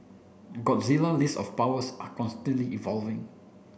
Godzilla list of powers are constantly evolving